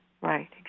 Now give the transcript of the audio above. Right